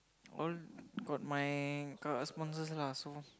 all got my got sponsor lah so